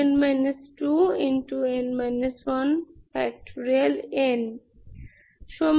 22n 2